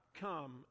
come